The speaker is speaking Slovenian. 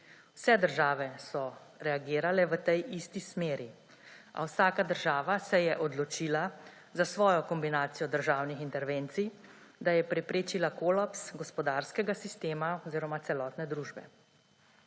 Vse države so reagirale v tej isti smeri, a vsaka država se je odločila za svojo kombinacijo državnih intervencij, da je preprečila kolaps gospodarskega sistema oziroma celotne družbe.